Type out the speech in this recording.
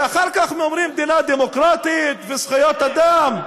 ואחר כך אומרים: מדינה דמוקרטית וזכויות אדם.